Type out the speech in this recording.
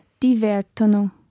divertono